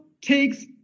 takes